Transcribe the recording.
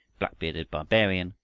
black-bearded barbarian!